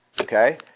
okay